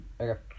Okay